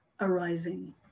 arising